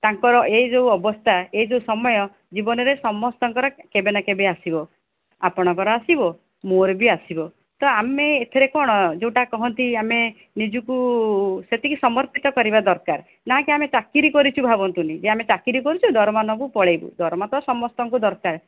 ତାଙ୍କର ଏ ଯେଉଁ ଅବସ୍ଥା ଏ ଯେଉଁ ସମୟ ଜୀବନରେ ସମସ୍ତଙ୍କର କେବେ ନା କେବେ ଆସିବ ଆପଣଙ୍କର ଆସିବ ମୋର ବି ଆସିବ ତ ଆମେ ଏଥିରେ କ'ଣ ଯେଉଁଟା କହନ୍ତି ଆମେ ନିଜକୁ ସେତିକି ସମର୍ପିତ କରିବା ଦରକାର ନା କି ଆମେ ଚାକିରି କରିଛୁ ଭାବନ୍ତୁନି ଯେ ଆମେ ଚାକିରି କରିଛୁ ଦରମା ନେବୁ ପଳାଇବୁ ଦରମା ତ ସମସ୍ତଙ୍କୁ ଦରକାର